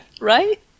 right